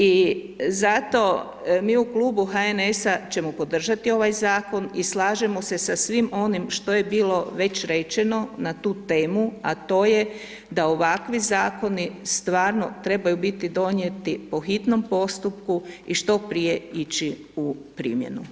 I zato mi u Klubu HNS-a ćemo podržati ovaj Zakon i slažemo se sa svim onim što je bilo već rečeno na tu temu, a to je da ovakvi Zakoni stvarno trebaju biti donijeti po hitnom postupku, i što prije ići u primjenu.